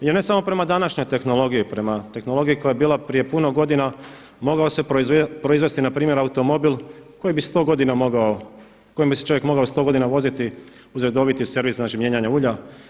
I ne samo prema današnjoj tehnologiji, tehnologiji koja je bila prije puno godina mogao se proizvesti npr. automobil koji bi 100 godina moga, kojim bi se čovjek mogao 100 godina voziti uz redoviti servis, znači mijenjanje ulja.